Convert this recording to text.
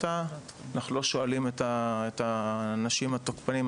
אנחנו לא שואלים את האנשים התוקפנים,